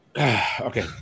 Okay